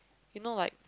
you know like